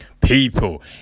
People